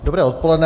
Dobré odpoledne.